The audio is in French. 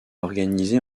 organisé